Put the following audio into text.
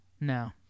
No